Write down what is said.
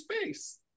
space